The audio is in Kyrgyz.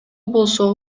болсо